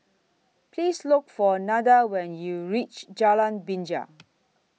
Please Look For Nada when YOU REACH Jalan Binja